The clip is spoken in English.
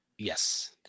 Yes